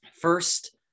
First